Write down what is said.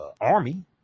army